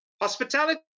Hospitality